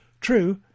True